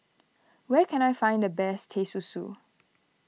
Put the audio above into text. where can I find the best Teh Susu